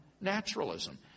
naturalism